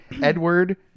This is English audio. Edward